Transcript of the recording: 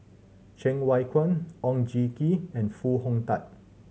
Cheng Wai Keung Oon Jin Gee and Foo Hong Tatt